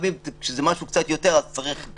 ולפעמים זה משהו קצת יותר אז צריך את